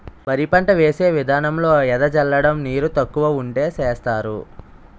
వరి పంట వేసే విదానంలో ఎద జల్లడం నీరు తక్కువ వుంటే సేస్తరు